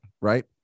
right